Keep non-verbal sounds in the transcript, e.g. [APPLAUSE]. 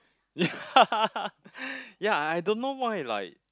[LAUGHS] yeah yeah I don't know why like